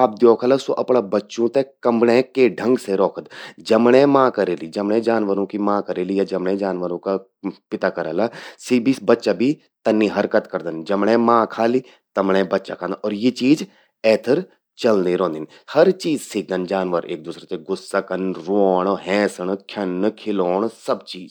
आप द्योखला स्वो अपणूं बच्चूं ते कमण्यें के ठंग से रौखद। जमण्यें मां करेलि या जमण्यें जानवरों का पिता करला, सि बच्चा भी तन्नी हरकत करदन। जमण्यें मां खालि तमण्यें बच्चा खालु अर या चीज एथर चलणीं रौंदि। हर चीज सीखदन जानवर क-दूसरा से गुस्सा कन, रवौंण, हैंसण, ख्यल्णं, खिलौंण सब चीज।